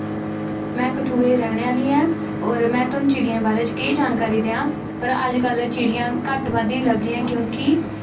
में कठुए दी रैह्न आह्ली ऐं में तोआनू चिड़ियें दे बारे च केह् जानकारी देआं पर चिड़ियां अज्ज कल घट्ट बध्द गै लब्भदियां क्योंकि